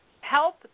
help